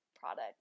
product